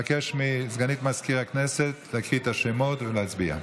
אבקש מסגנית מזכיר הכנסת להקריא את השמות ולהצביע.